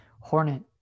Hornet